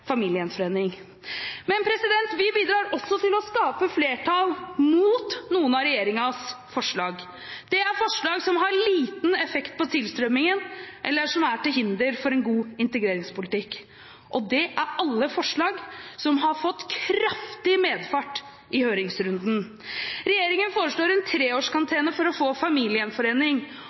familiegjenforening. Men vi bidrar også til å skape flertall mot noen av regjeringens forslag. Det er forslag som har liten effekt på tilstrømmingen, eller som er til hinder for en god integreringspolitikk. Og det er alle forslag som har fått kraftig medfart i høringsrunden. Regjeringen foreslår en treårskarantene for å få familiegjenforening,